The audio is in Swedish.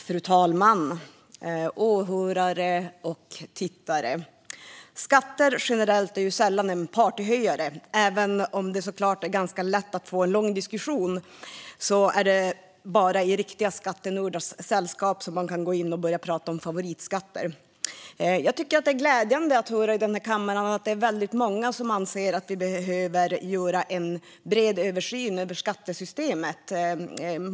Fru talman! Åhörare och tittare! Skatter generellt är sällan en partyhöjare. Även om det såklart är ganska lätt att få en lång diskussion är det bara i riktiga skattnördars sällskap som man kan börja prata om favoritskatter. Jag tycker att det är glädjande att höra i den här kammaren att det är väldigt många som anser att vi behöver göra en bred översyn av skattesystemet.